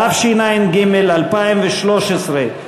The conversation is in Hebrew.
התשע"ג 2013,